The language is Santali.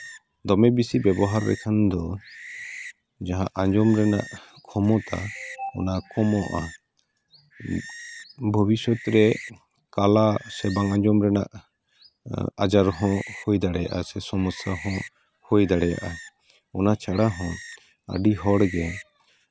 ᱫᱚᱢᱮ ᱵᱮᱥᱤ ᱵᱮᱵᱚᱦᱟᱨ ᱞᱮᱠᱷᱟᱱ ᱫᱚ ᱡᱟᱦᱟᱸ ᱟᱸᱡᱚᱢ ᱨᱮᱱᱟᱜ ᱠᱷᱚᱢᱚᱛᱟ ᱚᱱᱟ ᱠᱚᱢᱚᱜᱼᱟ ᱵᱷᱚᱵᱤᱥᱥᱚᱛ ᱨᱮ ᱠᱟᱞᱟ ᱥᱮ ᱵᱟᱝ ᱟᱸᱡᱚᱢ ᱨᱮᱱᱟᱜ ᱟᱡᱟᱨ ᱦᱚᱸ ᱦᱩᱭ ᱫᱟᱲᱮᱭᱟᱜᱼᱟ ᱥᱮ ᱥᱚᱢᱚᱥᱥᱟ ᱦᱚᱸ ᱦᱳᱭ ᱫᱟᱲᱮᱭᱟᱜᱼᱟ ᱚᱱᱟ ᱪᱷᱟᱲᱟ ᱦᱚᱸ ᱟᱹᱰᱤ ᱦᱚᱲ ᱜᱮ